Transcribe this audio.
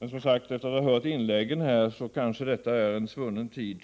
Men, som jag sade efter att ha hört inledningen i dag, detta kanske tillhör en svunnen tid.